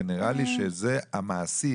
כי נראה לי שזה המעשי,